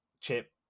chip